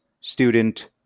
student